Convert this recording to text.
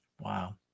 Wow